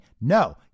no